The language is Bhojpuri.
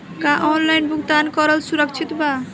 का ऑनलाइन भुगतान करल सुरक्षित बा?